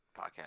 podcast